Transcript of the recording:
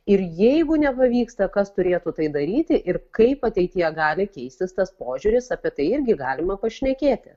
ir jeigu nepavyksta kas turėtų tai daryti ir kaip ateityje gali keistis tas požiūris apie tai irgi galima pašnekėti